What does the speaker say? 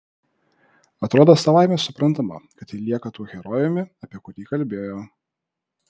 atrodo savaime suprantama kad ji lieka tuo herojumi apie kurį kalbėjo